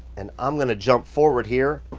and i'm gonna jump forward here,